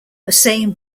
hossain